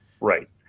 Right